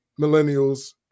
Millennials